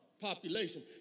population